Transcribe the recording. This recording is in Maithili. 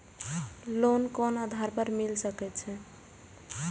लोन कोन आधार पर मिल सके छे?